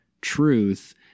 truth